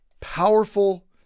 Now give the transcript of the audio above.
powerful